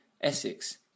Essex